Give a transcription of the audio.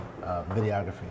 videography